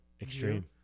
extreme